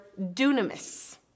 dunamis